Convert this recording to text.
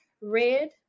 Red